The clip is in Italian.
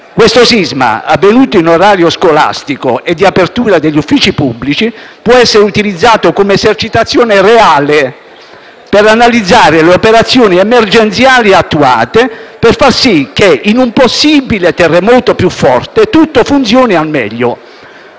Questo sisma, avvenuto in orario scolastico e di apertura degli uffici pubblici, può essere utilizzato come esercitazione reale, per analizzare le operazioni emergenziali attuate e per far sì che, in un possibile terremoto più forte, tutto funzioni al meglio.